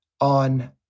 on